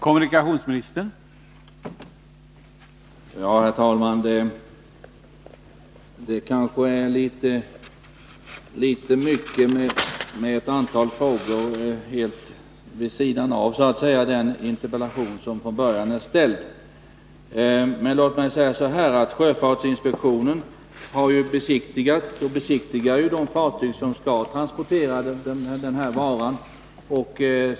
Herr talman! Det kanske är en aning mycket med ett antal frågor så att säga helt vid sidan av den interpellation som från början framställts. Men låt mig framhålla att sjöfartsinspektionen har besiktigat — och besiktigar — de fartyg som skall transportera den här varan.